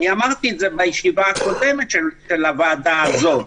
אני אמרתי את זה בישיבה הקודמת של הוועדה הזאת.